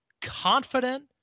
confident